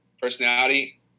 personality